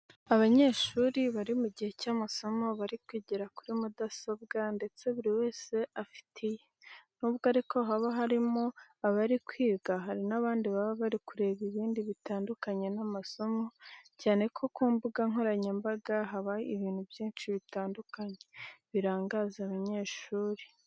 Abanyeshuri bari mu gihe cy'amasomo bari kwigira kuri mudasobwa ndetse buri wese afite iye. Nubwo ariko haba harimo abari kwiga, hari n'abandi baba bari kureba ibindi bitandukanye n'amasomo, cyane ko ku mbuga nkoranyambaga habaho ibintu byinshi bitandukanye birangaza abanyeshuri.